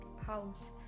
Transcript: house